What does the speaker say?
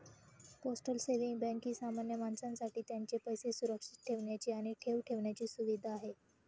postal saving bank ही सामान्य माणसासाठी त्यांचे पैसे सुरक्षित ठेवण्याची आणि ठेव ठेवण्याची सुविधा आहे